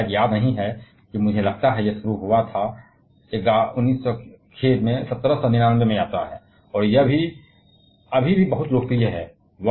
मुझे शायद याद नहीं है कि मुझे लगता है कि यह शुरू हुआ यह 19 खेद 1799 में यात्रा है और यह अभी भी बहुत लोकप्रिय है